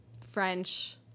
French